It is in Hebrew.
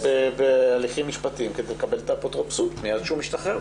הוא בהליכים משפטיים כדי לקבל את האפוטרופסות מיד כשהוא משתחרר,